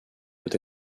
peut